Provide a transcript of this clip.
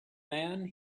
man